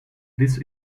this